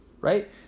right